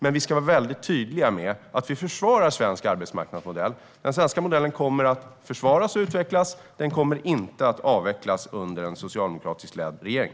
Men vi ska vara väldigt tydliga med att vi försvarar den svenska arbetsmarknadsmodellen. Den svenska modellen kommer att försvaras och utvecklas. Den kommer inte att avvecklas under en socialdemokratiskt ledd regering.